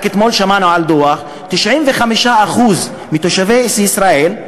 רק אתמול שמענו על דוח: 95% מתושבי ישראל,